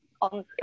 on